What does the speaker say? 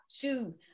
two